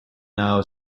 now